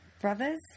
Brothers